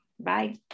bye